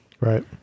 Right